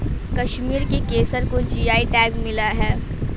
कश्मीर के केसर को जी.आई टैग मिला है